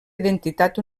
identitat